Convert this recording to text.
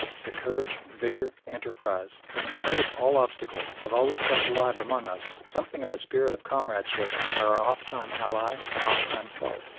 the courage, vigour, enterprise, that in spite of all obstacles have always kept alive among us something of a spirit of comradeship for our oft-time ally and oft-time foe.